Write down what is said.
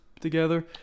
together